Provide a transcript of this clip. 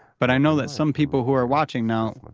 but i know that some people who are watching now,